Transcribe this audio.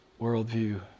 worldview